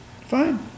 fine